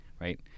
right